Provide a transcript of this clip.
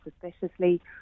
suspiciously